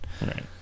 Right